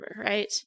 right